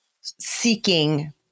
seeking